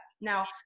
Now